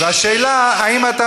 זו בושה, אדוני היושב-ראש, זה בסדר?